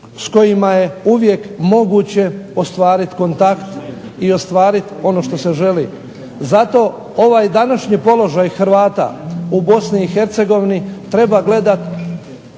s kojima je uvijek moguće ostvariti kontakt i ostvariti ono što se želi. Zato ovaj današnji položaj Hrvata u BiH treba gledati